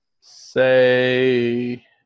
say